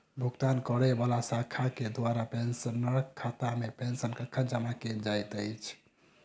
भुगतान करै वला शाखा केँ द्वारा पेंशनरक खातामे पेंशन कखन जमा कैल जाइत अछि